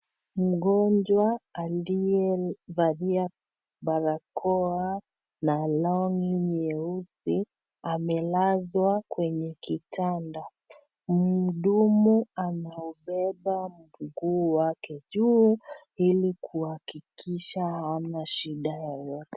Mgonjwa aliyevalia barakoa na longi nyeusi amelazwa kwenye kitanda . Mhudumu anaubeba mguu wake juu ili kuhakikisha hana shida yeyote.